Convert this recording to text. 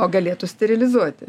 o galėtų sterilizuoti